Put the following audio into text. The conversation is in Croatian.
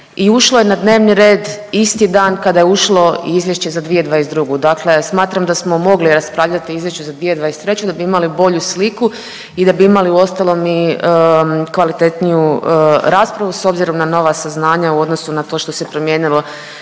ušlo je na dnevni red isti dan kada je ušlo i izvješće za 2022., dakle smatram da smo mogli raspravljati izvješće za 2023. da bi imali bolju sliku i da bi imali uostalom i kvalitetniju raspravu s obzirom na nova saznanja u odnosu na to što se promijenilo 2023..